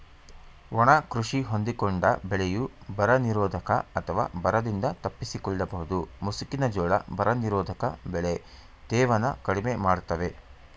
ಒಣ ಕೃಷಿ ಹೊಂದಿಕೊಂಡ ಬೆಳೆಯು ಬರನಿರೋಧಕ ಅಥವಾ ಬರದಿಂದ ತಪ್ಪಿಸಿಕೊಳ್ಳಬಹುದು ಮುಸುಕಿನ ಜೋಳ ಬರನಿರೋಧಕ ಬೆಳೆ ತೇವನ ಕಡಿಮೆ ಮಾಡ್ತವೆ